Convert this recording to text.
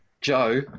Joe